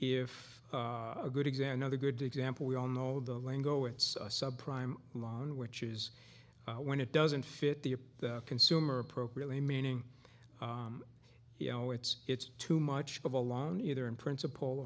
if a good exam know the good example we all know the lingo it's a subprime loan which is when it doesn't fit the consumer appropriately meaning you know it's it's too much of a loan either in principle